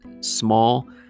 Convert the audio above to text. small